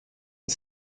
une